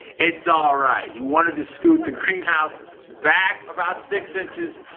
it's all right. he wanted to scoot the greenhouse back about six inches.